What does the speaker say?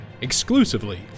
exclusively